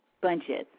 bunches